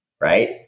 right